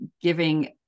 giving